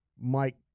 Mike